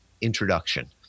introduction